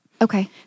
Okay